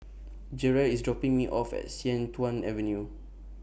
Jerrel IS dropping Me off At Sian Tuan Avenue